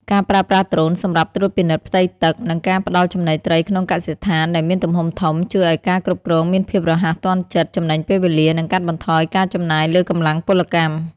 ការប្រើប្រាស់ដ្រូនសម្រាប់ត្រួតពិនិត្យផ្ទៃទឹក និងការផ្ដល់ចំណីត្រីក្នុងកសិដ្ឋានដែលមានទំហំធំ ជួយឱ្យការគ្រប់គ្រងមានភាពរហ័សទាន់ចិត្ត ចំណេញពេលវេលា និងកាត់បន្ថយការចំណាយលើកម្លាំងពលកម្ម។